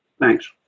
thanks